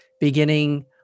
beginning